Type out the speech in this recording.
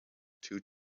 two